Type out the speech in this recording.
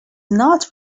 not